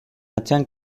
atzean